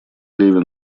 левин